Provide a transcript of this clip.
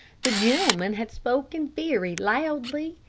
the gentleman had spoken very loudly,